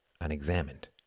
unexamined